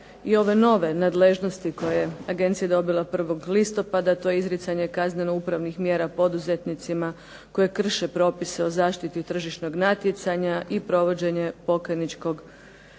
i ove nove nadležnosti koje je agencija dobila 1. listopada. To je izricanje kazneno-upravnih mjera poduzetnicima koji krše propise o zaštiti tržišnog natjecanja i provođenje pokajničkog programa.